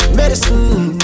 medicine